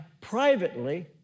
privately